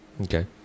Okay